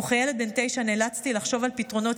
וכילד בן תשע נאלצתי לחשוב על פתרונות